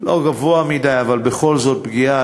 לא גבוה מדי אבל בכל זאת פגיעה,